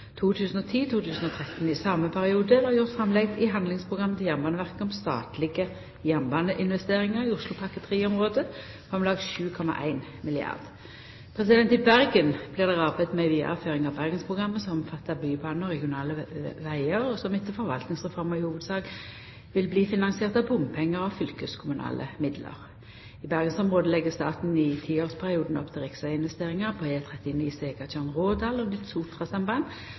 I same perioden er det gjort framlegg i handlingsprogrammet til Jernbaneverket om statlege jernbaneinvesteringar i Oslopakke 3-området på om lag 7,1 milliardar kr. I Bergen blir det arbeidd med vidareføring av Bergensprogrammet, som omfattar bybana og regionale vegar, og som etter forvaltningsreforma i hovudsak vil bli finansiert av bompengar og av fylkeskommunale midlar. I bergensområdet legg staten i tiårsperioden opp til riksveginvesteringar på E39 Svegatjørn–Rådal og Sotrasambandet og